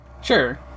Sure